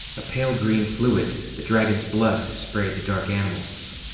a pale green fluid, the dragon's blood, sprayed the dark animals.